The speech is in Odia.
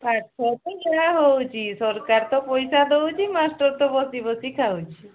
ପାଠ ତ ଯାହା ହେଉଛି ସରକାର ତ ପଇସା ଦେଉଛି ମାଷ୍ଟର୍ ତ ବସି ବସି ଖାଉଛି